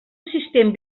assistent